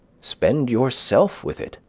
spend yourself with it,